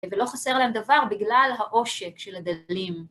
ולא חסר להם דבר בגלל העושק של הדלים.